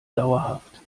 dauerhaft